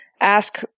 ask